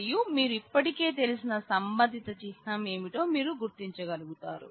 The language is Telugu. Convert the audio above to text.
మరియు మీరు ఇప్పటికే తెలిసిన సంబంధిత చిహ్నం ఏమిటో మీరు గుర్తించగలుగుతారు